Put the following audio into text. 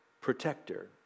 protector